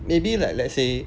maybe like let's say